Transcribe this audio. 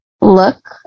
look